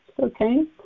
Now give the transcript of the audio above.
Okay